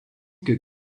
que